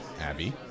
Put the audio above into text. Abby